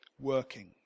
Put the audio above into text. working